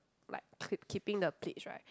like k~ keeping the plates right